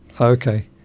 Okay